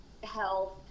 health